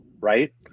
right